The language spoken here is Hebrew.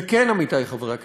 וכן, עמיתי חברי הכנסת,